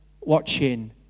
watching